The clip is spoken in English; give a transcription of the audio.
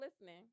listening